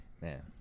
man